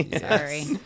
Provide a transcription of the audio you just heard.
Sorry